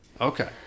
okay